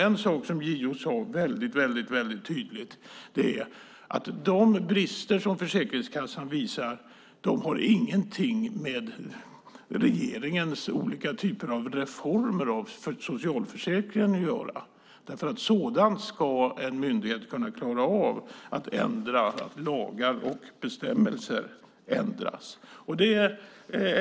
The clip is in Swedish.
En sak som JO sade väldigt tydligt var att de brister som Försäkringskassan visar inte har någonting med regeringens olika typer av reformer av socialförsäkringen att göra, därför att en myndighet ska kunna klara av att lagar och bestämmelser ändras.